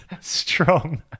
strong